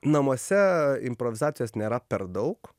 namuose improvizacijos nėra per daug